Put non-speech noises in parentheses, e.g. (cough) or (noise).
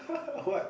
(laughs) what